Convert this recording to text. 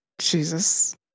Jesus